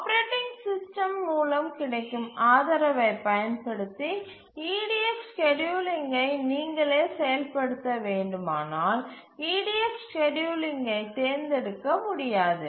operating system மூலம் கிடைக்கும் ஆதரவைப் பயன்படுத்தி EDF ஸ்கேட்யூலிங்கை நீங்களே செயல்படுத்த வேண்டுமானால் EDF ஸ்கேட்யூலிங்கை தேர்ந்தெடுக்க முடியாது